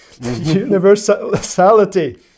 universality